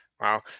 Wow